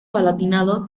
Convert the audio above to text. palatinado